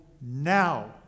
now